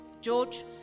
George